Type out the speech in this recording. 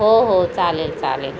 हो हो चालेल चालेल